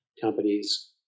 companies